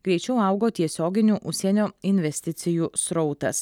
greičiau augo tiesioginių užsienio investicijų srautas